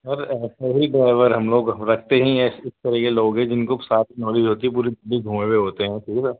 سر ایسے ہی ڈرائیور ہم لوگ رکھتے ہیں یا اس طریقے کے لوگ ہیں جن کو ساری نالج ہوتی ہے پوری دلی گھومے ہوئے ہوتے ہیں ٹھیک ہے